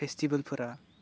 फेस्टिबोलफोरा